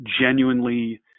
genuinely